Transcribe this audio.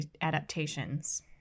adaptations